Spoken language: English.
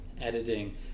editing